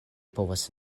povas